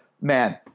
man